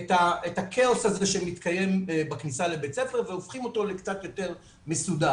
את הכאוס הזה שמתקיים בכניסה לבית הספר והופכים אותו לקצת יותר מסודר.